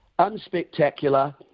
unspectacular